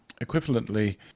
equivalently